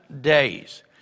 days